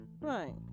right